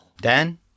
Dan